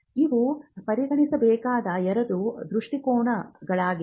ಇವು ಪರಿಗಣಿಸಬೇಕಾದ ಎರಡು ದೃಷ್ಟಿಕೋನಗಳಾಗಿವೆ